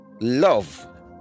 love